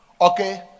okay